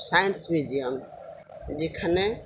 science museum যেখানে